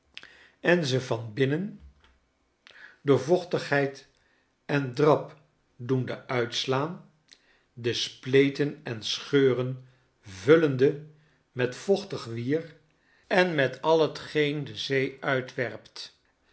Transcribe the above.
en ze van binncn door vochtigheid en drab doende uitslaan de spleten en scheuren vullende met vochtig wier en met al hetgeen de zee uitwerpt